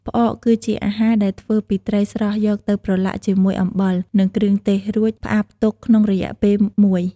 ផ្អក គឺជាអាហារដែលធ្វើពីត្រីស្រស់យកទៅប្រឡាក់ជាមួយអំបិល និងគ្រឿងទេស រួចផ្អាប់ទុកក្នុងរយៈពេលមួយ។